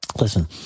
Listen